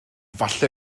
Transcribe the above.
falle